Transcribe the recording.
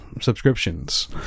subscriptions